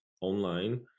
online